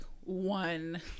one